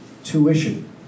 Tuition